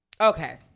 okay